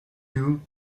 you